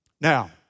Now